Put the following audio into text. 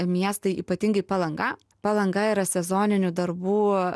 miestai ypatingai palanga palanga yra sezoninių darbų